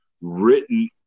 written